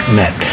met